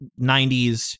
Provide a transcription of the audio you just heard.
90s